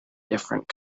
different